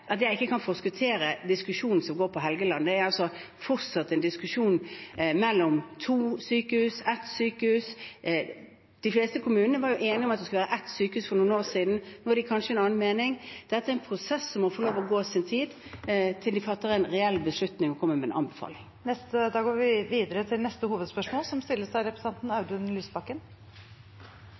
at jeg ikke kan forskuttere diskusjonen som går på Helgeland. Det er fortsatt en diskusjon om to sykehus eller ett sykehus. De fleste kommunene var for noen år siden enige om at det skulle være ett sykehus; nå har de kanskje en annen mening. Dette er en prosess som må få lov til å gå sin gang, til de fatter en reell beslutning og kommer med en anbefaling. Da går vi videre til neste hovedspørsmål.